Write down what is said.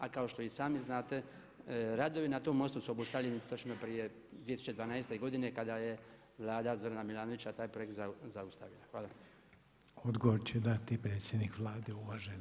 A kao što i sami znate redovi na tom mostu su obustavljeni točno prije 2012. godine kada je vlada Zorana Milanovića taj projekt zaustavila.